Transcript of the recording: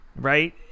Right